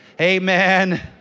amen